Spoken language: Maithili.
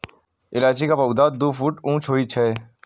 इलायची के पौधा दू फुट ऊंच होइ छै